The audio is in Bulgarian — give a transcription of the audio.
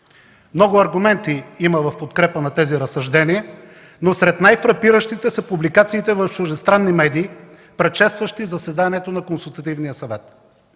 Много аргументи има в подкрепа на тези разсъждения, но сред най-фрапиращите са публикациите в чуждестранни медии, предшестващи заседанието на Консултативния съвет.